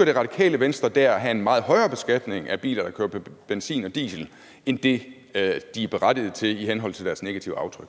at have en meget højere beskatning af biler, der kører på benzin og diesel end det, de er berettiget til i henhold til deres negative aftryk?